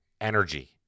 energy